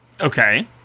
Okay